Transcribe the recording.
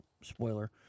spoiler